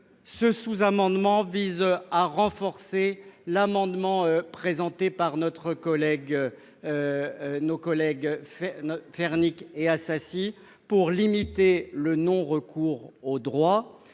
Ce sous-amendement vise à renforcer l'amendement de notre collègue Éliane Assassi pour limiter le non-recours aux droits,